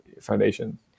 foundation